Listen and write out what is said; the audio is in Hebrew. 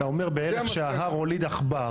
אתה אומר בעצם שההר הוליד עכבר.